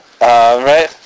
right